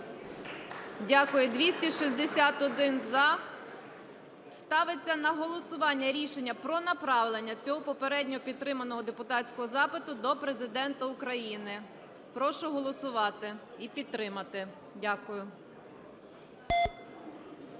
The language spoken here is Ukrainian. Дякую. Ставиться на голосування рішення про направлення цього попередньо підтриманого депутатського запитц до Президента України. Прошу голосувати і підтримати. Дякую.